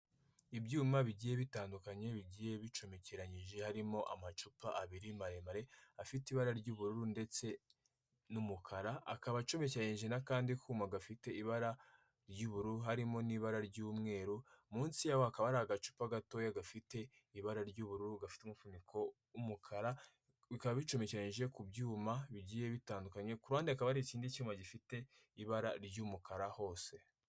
Ibyuma bigiye bitandukanye bigiye bicomekeranyije harimo amacupa abiri maremare afite ibara ry'ubururu ndetse n'umukara, akaba acomekeranyije n'akandi kuma gafite ibara ry'ubururu harimo n'ibara ry'umweru. Munsi yaho hakaba hari agacupa gato gafite ibara ry'ubururu, gafite umufuniko w'umukara. Bikaba bicomekeranyije ku byuma bigiye bitandukanye. Ku ruhande hakaba hari ikindi cyuma gifite ibara ry'umukara hose.